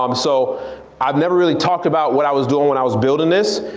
um so i've never really talked about what i was doin' when i was building this,